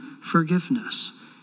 forgiveness